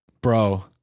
Bro